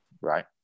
Right